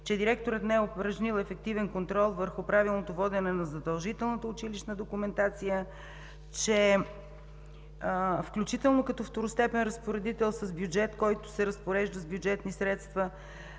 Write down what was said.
че не е упражнил ефективен контрол върху правилното водене на задължителната училищна документация; че включително като второстепенен разпоредител с бюджет, който се разпорежда с бюджетни средства,